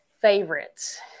favorites